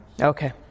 Okay